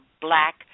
black